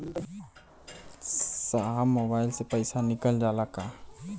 साहब मोबाइल से पैसा निकल जाला का?